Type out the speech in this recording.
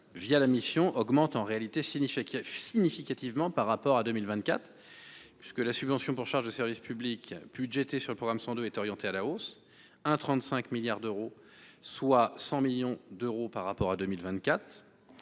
la mission augmentent en réalité significativement par rapport à 2024 : la subvention pour charges de services publics budgétée sur le programme 102 est orientée à la hausse – 1,35 milliard d’euros, soit 100 millions d’euros de plus par rapport à 2024